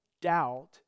doubt